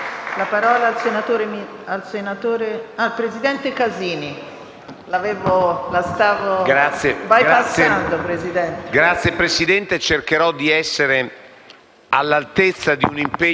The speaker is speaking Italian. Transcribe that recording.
Signora Presidente, cercherò di essere all'altezza di un impegno europeo anzitutto restando nei tempi europei.